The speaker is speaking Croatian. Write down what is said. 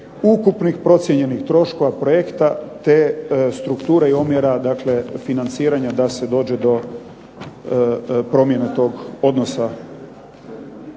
ukupnih procijenjenih troškova projekta te strukture i omjera dakle financiranja da se dođe do promjena tog odnosa.